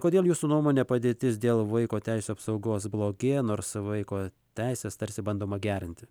kodėl jūsų nuomone padėtis dėl vaiko teisių apsaugos blogėja nors vaiko teises tarsi bandoma gerinti